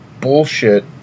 bullshit